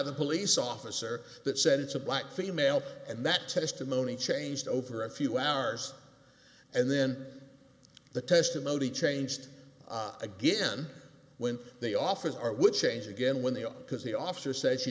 the police officer that said it's a black female and that testimony changed over a few hours and then the testimony changed again when they often are would change again when they open because the officer s